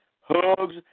hugs